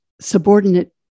subordinate